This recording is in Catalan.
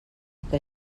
que